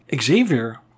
Xavier